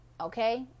Okay